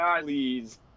please